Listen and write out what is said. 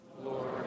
Lord